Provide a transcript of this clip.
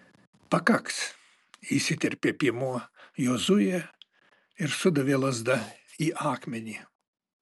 pakaks įsiterpė piemuo jozuė ir sudavė lazda į akmenį